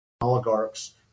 Oligarchs